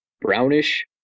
brownish